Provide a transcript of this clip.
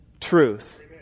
truth